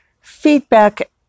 feedback